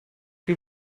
die